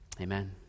amen